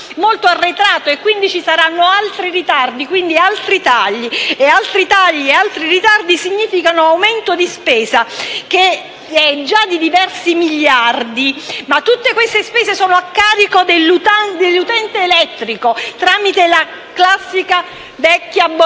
molto arretrato, quindi ci saranno altri ritardi e dunque tagli, ma ritardi e tagli significano aumento di spesa, che è già di diversi miliardi. Tutte queste spese, però, sono a carico dell'utente elettrico tramite la classica, vecchia bolletta